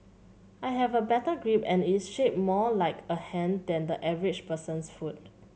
I have a better grip and it's shaped more like a hand than the average person's foot